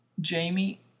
Jamie